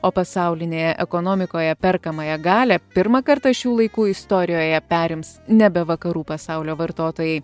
o pasaulinėje ekonomikoje perkamąją galią pirmą kartą šių laikų istorijoje perims nebe vakarų pasaulio vartotojai